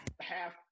half